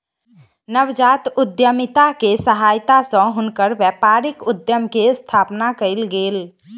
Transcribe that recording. नवजात उद्यमिता के सहायता सॅ हुनकर व्यापारिक उद्यम के स्थापना कयल गेल